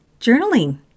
journaling